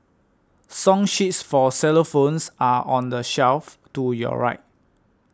song sheets for xylophones are on the shelf to your right